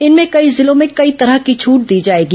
इनमें कई जिलो में कई तरह की छट दी जाएगी